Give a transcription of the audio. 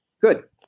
Good